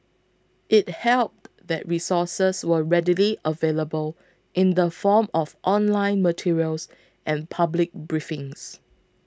it helped that resources were readily available in the form of online materials and public briefings